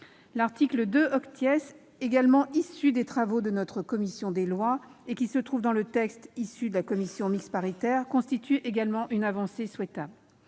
L'article 2 , résultant également des travaux de notre commission des lois et qui est demeuré dans le texte issu de la commission mixte paritaire, constitue aussi une avancée souhaitable.